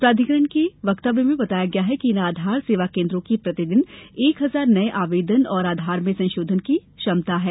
प्राधिकरण के वक्तव्य में बताया गया है कि इन आधार सेवा केन्द्रों की प्रतिदिन एक हजार नये आवेदन और आधार में संशोधन की क्षमता है